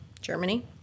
Germany